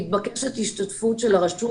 מתבקשת השתתפות של הרשות.